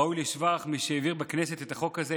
ראוי לשבח מי שהעביר בכנסת את החוק הזה,